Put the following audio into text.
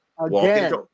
again